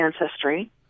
Ancestry